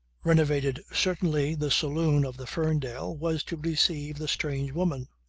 renovated certainly the saloon of the ferndale was to receive the strange woman.